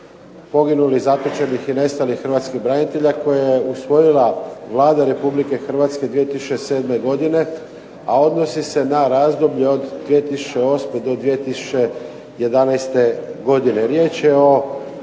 poginulih, zatočenih i nestalih hrvatskih branitelja koji je usvojila Vlada Republike Hrvatske 2007. godine, a odnosi se na razdoblje od 2008. do 2011. godine.